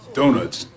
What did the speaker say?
Donuts